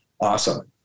awesome